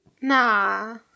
Nah